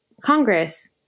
Congress